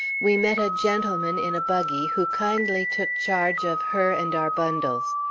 we met a gentleman in a buggy who kindly took charge of her and our bundles.